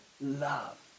love